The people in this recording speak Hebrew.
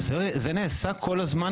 זה נעשה כל הזמן,